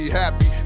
happy